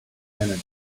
canada